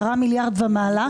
10 מיליארד ומעלה.